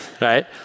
right